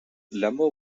lumber